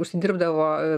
užsidirbdavo a